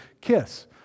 kiss